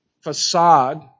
facade